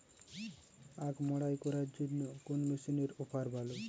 আখ মাড়াই করার জন্য কোন মেশিনের অফার ভালো?